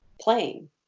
playing